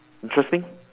interesting